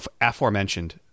aforementioned